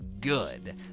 good